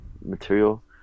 material